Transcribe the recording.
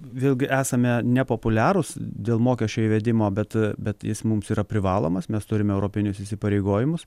vėlgi esame nepopuliarūs dėl mokesčio įvedimo bet bet jis mums yra privalomas mes turime europinius įsipareigojimus